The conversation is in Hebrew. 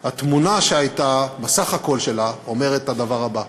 התמונה בסך הכול שלה אומרת את הדבר הבא: